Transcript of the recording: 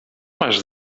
masz